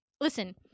listen